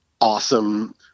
awesome